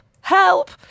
help